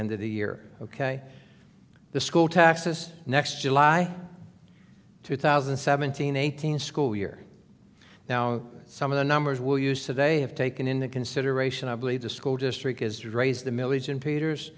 end of the year ok the school taxes next july two thousand and seventeen eighteen school year now some of the numbers will use today have taken into consideration i believe the school district is raise the milesian peters